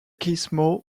gizmo